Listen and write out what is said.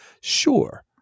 sure